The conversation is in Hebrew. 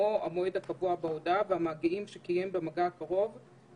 כמו שציין חבר הכנסת דיכטר,